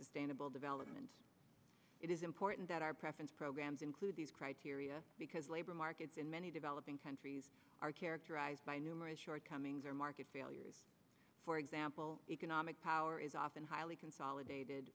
sustainable development it is important that our preference programs include these criteria because labor markets in many developing countries are characterized by numerous shortcomings or market failures for example economic power is often highly consolidated